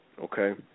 Okay